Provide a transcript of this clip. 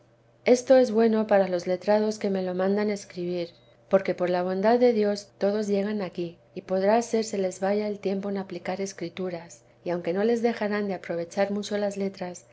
esto es bueno para los letrados que me lo mandan escribir porque por la bondad de dios todos llegan aquí y podrá ser se les vaya el tiempo en aplicar escrituras y aunque no les dejarán de aprovechar mucho las letras